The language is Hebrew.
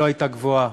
לא הייתה גבוהה.